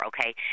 okay